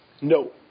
No